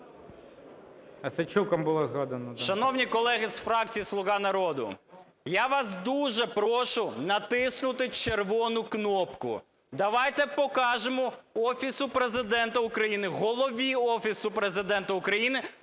12:40:40 ЛЕРОС Г.Б. Шановні колеги з фракції "Слуга народу", я вас дуже прошу натиснути червону кнопку. Давайте покажемо Офісу Президента України, голові Офісу Президента України,